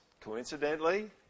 coincidentally